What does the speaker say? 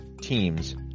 teams